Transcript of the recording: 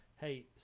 Hey